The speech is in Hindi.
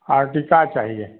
आर टी का चाहिए